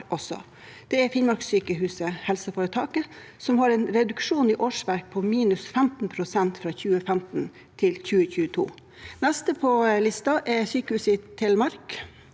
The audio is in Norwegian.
Det er Finnmarkssykehuset helseforetak, som har en reduksjon i årsverk på minus 15 pst. fra 2015 til 2022. Neste på listen er Sykehuset Telemark